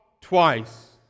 twice